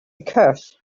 curse